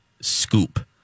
scoop